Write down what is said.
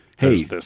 Hey